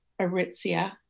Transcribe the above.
Aritzia